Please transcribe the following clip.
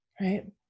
right